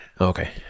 okay